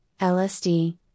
LSD